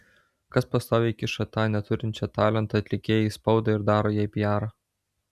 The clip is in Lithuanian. kas pastoviai kiša tą neturinčią talento atlikėją į spaudą ir daro jai pijarą